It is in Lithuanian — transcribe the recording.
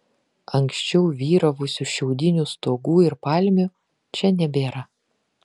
anksčiau vyravusių šiaudinių stogų ir palmių čia nebėra